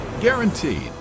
guaranteed